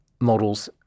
models